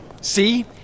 See